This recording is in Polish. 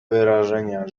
wyrażenia